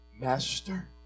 Master